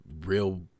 real